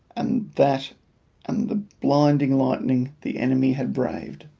and that and the blinding lightning the enemy had braved.